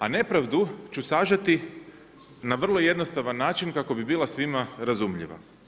A nepravdu ću sažeti na vrlo jednostavan način kako bi bila svima razumljiva.